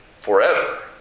forever